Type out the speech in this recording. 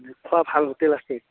খোৱা ভাল হোটেল আছে